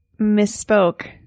misspoke